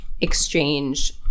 exchange